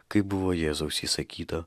kaip buvo jėzaus įsakyta